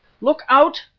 look out!